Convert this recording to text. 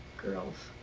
girls.